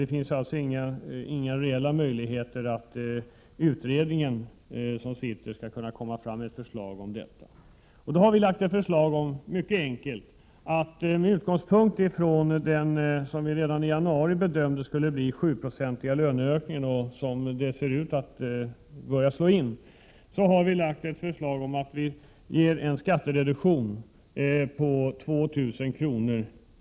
Det finns inga reella möjligheter att den utredning som sitter skall kunna komma med förslag om detta. Med utgångspunkt i den löneökning som vi redan i januari bedömde skulle bli 7 26, vilket nu verkar slå in, så har vi ett förslag om en skattereduktion på 2 000 kr.